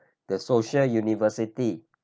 the social university